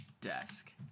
desk